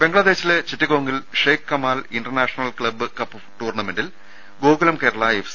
ബംഗ്ലാദേശിലെ ചിറ്റഗോംഗിൽ Sheikh Kamal international club cup ടൂർണമെന്റിൽ ഗോകുലം കേരള എഫ്